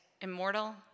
immortal